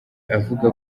avuga